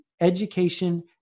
education